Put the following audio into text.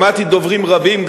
שמעתי דוברים רבים,